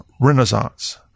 Renaissance